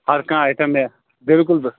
ہر کانٛہہ آیٹم میلہِ بِلکُل بِلکُل